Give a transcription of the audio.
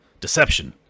deception